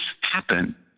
happen